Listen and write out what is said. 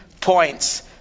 points